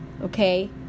okay